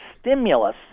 stimulus